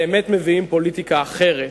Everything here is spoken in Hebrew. באמת מביאים פוליטיקה אחרת.